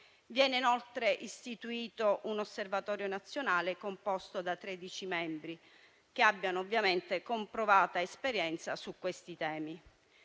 Viene inoltre istituito un osservatorio nazionale, composto da 13 membri che abbiano comprovata esperienza su questi temi.